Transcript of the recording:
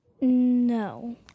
No